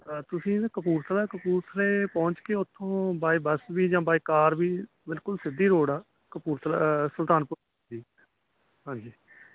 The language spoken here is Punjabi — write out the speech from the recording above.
ਤੁਸੀਂ ਨਾ ਕਪੂਰਥਲਾ ਕਪੂਰਥਲੇ ਪਹੁੰਚ ਕੇ ਉਥੋਂ ਬਾਏ ਬੱਸ ਵੀ ਜਾਂ ਬਾਏ ਕਾਰ ਵੀ ਬਿਲਕੁਲ ਸਿੱਧੀ ਰੋਡ ਆ ਕਪੂਰਥਲਾ ਸੁਲਤਾਨਪੁਰ ਜੀ ਹਾਂਜੀ